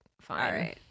fine